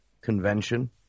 convention